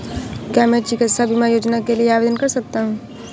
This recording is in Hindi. क्या मैं चिकित्सा बीमा योजना के लिए आवेदन कर सकता हूँ?